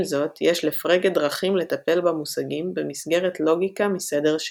עם זאת יש לפרגה דרכים לטפל במושגים במסגרת לוגיקה מסדר שני.